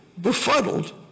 befuddled